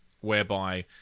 whereby